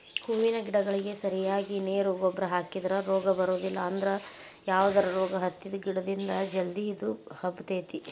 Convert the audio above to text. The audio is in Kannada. ಹೂವಿನ ಗಿಡಗಳಿಗೆ ಸರಿಯಾಗಿ ನೇರು ಗೊಬ್ಬರ ಹಾಕಿದ್ರ ರೋಗ ಬರೋದಿಲ್ಲ ಅದ್ರ ಯಾವದರ ರೋಗ ಹತ್ತಿದ ಗಿಡದಿಂದ ಜಲ್ದಿ ಇದು ಹಬ್ಬತೇತಿ